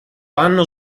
hanno